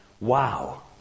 Wow